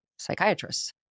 psychiatrists